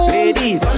Ladies